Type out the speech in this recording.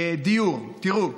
דיור, תראו,